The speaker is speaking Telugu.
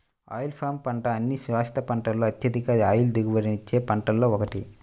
ఆయిల్ పామ్ పంట అన్ని శాశ్వత పంటలలో అత్యధిక ఆయిల్ దిగుబడినిచ్చే పంటలలో ఒకటి